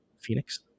Phoenix